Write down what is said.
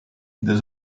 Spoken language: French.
des